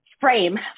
frame